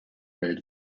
welt